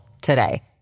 today